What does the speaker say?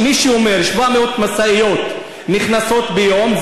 מי שאומר 700 משאיות נכנסות ביום,